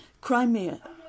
Crimea